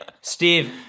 Steve